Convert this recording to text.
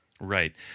Right